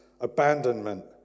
abandonment